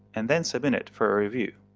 and then submit it for a review.